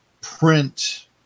print